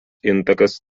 intakas